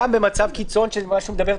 גם במצב קיצון כפי שהוא מדבר,